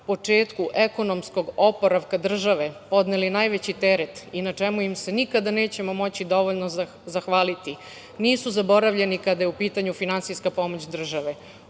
početku ekonomskog oporavka države podneli najveći teret i na čemu im se nikada nećemo moći dovoljno zahvaliti, nisu zaboravljeni kada je u pitanju finansijska pomoć države.